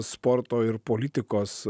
sporto ir politikos